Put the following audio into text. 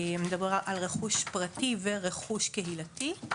מדובר על רכוש פרטי ורכוש קהילתי,